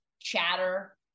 chatter